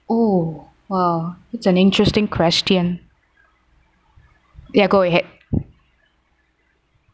oh !wow! it's an interesting question ya go ahead